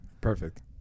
Perfect